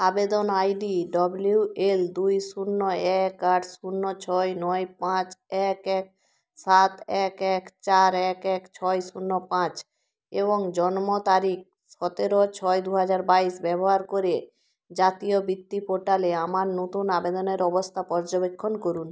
আবেদন ID W L দুই শূন্য এক আট শূন্য ছয় নয় পাঁচ এক এক সাত এক এক চার এক এক ছয় শূন্য পাঁচ এবং জন্ম তারিখ সতেরো ছয় দু হাজার বাইশ ব্যবহার করে জাতীয় বৃত্তি পোর্টালে আমার নতুন আবেদনের অবস্থা পর্যবেক্ষণ করুন